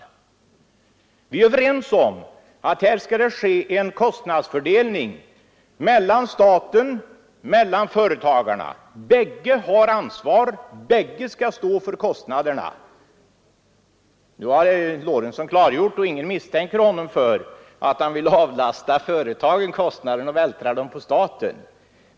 Vi är alla överens om en kostnadsfördelning mellan staten och företagarna; bägge har ansvar, bägge skall stå för kostnaden. Ingen misstänker herr Lorentzon för att vilja avlasta företagen kostnader och vältra dem på staten.